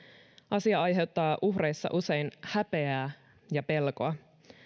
asia aiheuttaa uhreissa usein häpeää ja pelkoa